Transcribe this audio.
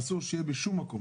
אסור שיהיה בשום מקום,